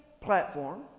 platform